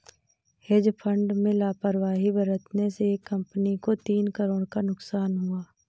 hedge fund में लापरवाही बरतने से एक कंपनी को तीन करोड़ का नुकसान हुआ